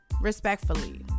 respectfully